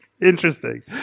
Interesting